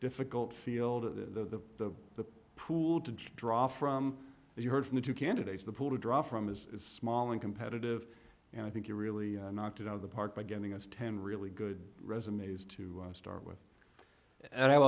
difficult field to the pool to draw from as you heard from the two candidates the pool to draw from is small and competitive and i think you really knocked it out of the park by giving us ten really good resumes to start with and